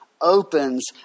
opens